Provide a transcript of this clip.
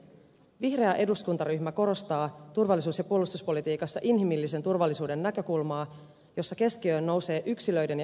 vihreä eduskuntaryhmä korostaa turvallisuus ja puolustuspolitiikassa inhimillisen turvallisuuden näkökulmaa jossa keskiöön nousee yksilöiden ja yhteisöjen turvallisuus